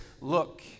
look